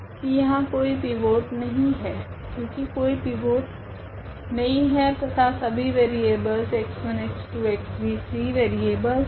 की यहाँ कोई पिवोट नहीं है यहाँ कोई पिवोट नहीं है तथा सभी वेरिएबलस x1x2x3T फ्री वेरिएबलस है